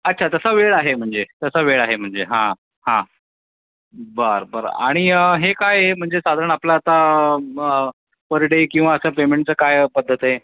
अच्छा तसा वेळ आहे म्हणजे तसा वेळ आहे म्हणजे हां हां बर बर आणि हे काय आहे म्हणजे साधारण आपलं आता ब् पर डे किंवा असं पेमेंटचं काय पद्धत आहे